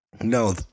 No